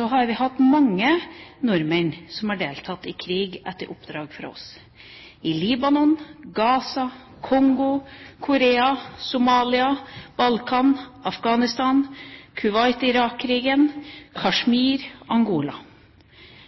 har vi hatt mange nordmenn som har deltatt i krig etter oppdrag fra oss: i Libanon, i Gaza, i Kongo, i Korea, i Somalia, på Balkan, i Afghanistan, i Kuwait–Irak-krigen, i Kashmir, i Angola.